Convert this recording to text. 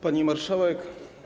Pani Marszałek!